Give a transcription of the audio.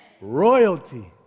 Royalty